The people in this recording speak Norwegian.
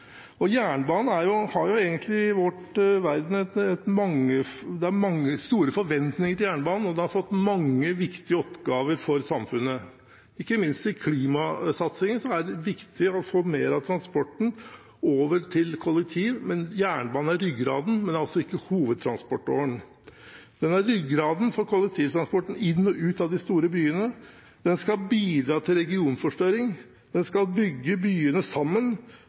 til jernbanen, og den har mange viktige oppgaver for samfunnet. Ikke minst for klimasatsingen er det viktig å få mer av transporten over til kollektiv. Jernbanen er ryggraden, men altså ikke hovedtransportåren. Den er ryggraden for kollektivtransporten inn til og ut av de store byene, den skal bidra til forstørring av regioner, den skal bygge byene sammen,